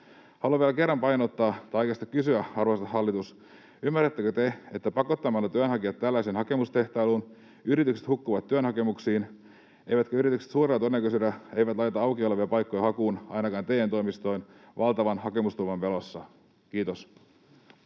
Haluan vielä kerran kysyä, arvoisa hallitus: ymmärrättekö te, että pakottamalla työnhakijat tällaiseen hakemustehtailuun yritykset hukkuvat työhakemuksiin, eivätkä yritykset suurella todennäköisyydellä laita auki olevia paikkoja hakuun, ainakaan TE-toimistoon, valtavan hakemustulvan pelossa? — Kiitos.